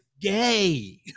gay